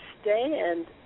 stand